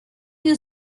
you